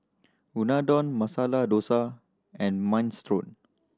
Unadon Masala Dosa and Minestrone